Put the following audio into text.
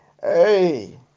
Hey